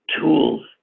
tools